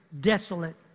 desolate